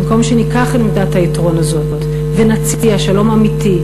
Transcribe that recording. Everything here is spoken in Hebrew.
במקום שניקח את עמדת היתרון הזאת ונציע שלום אמיתי,